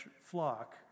flock